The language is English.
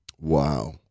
Wow